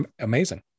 amazing